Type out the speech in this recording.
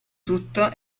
tutto